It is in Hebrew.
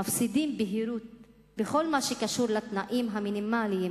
מפסידים בהירות בכל מה שקשור לתנאים המינימליים